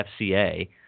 FCA